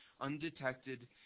undetected